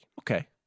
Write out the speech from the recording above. Okay